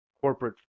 corporate